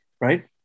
right